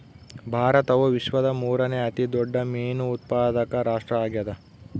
ಭಾರತವು ವಿಶ್ವದ ಮೂರನೇ ಅತಿ ದೊಡ್ಡ ಮೇನು ಉತ್ಪಾದಕ ರಾಷ್ಟ್ರ ಆಗ್ಯದ